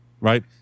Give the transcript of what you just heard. right